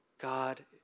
God